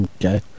Okay